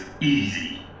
easy